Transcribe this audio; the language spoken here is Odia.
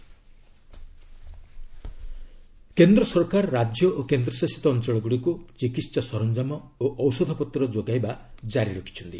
ସେଣ୍ଟର ଏଡ୍ କେନ୍ଦ୍ର ସରକାର ରାଜ୍ୟ ଓ କେନ୍ଦ୍ରଶାସିତ ଅଞ୍ଚଳଗୁଡ଼ିକୁ ଚିକିତ୍ସା ସରଞ୍ଜାମ ଓ ଔଷଧପତ୍ର ଯୋଗାଇବା କାରି ରଖିଛନ୍ତି